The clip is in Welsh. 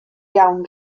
iawn